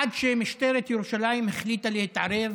עד שמשטרת ירושלים החליטה להתערב